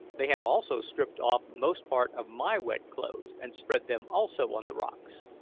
they had also stripped off most part of my wet clothes and spread them also on the rocks.